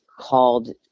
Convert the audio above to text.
called